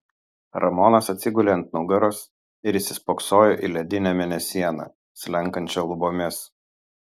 ramonas atsigulė ant nugaros ir įsispoksojo į ledinę mėnesieną slenkančią lubomis